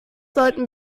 sollten